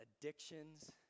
addictions